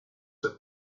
that